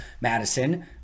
Madison